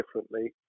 differently